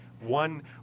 one